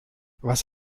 was